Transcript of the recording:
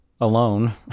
alone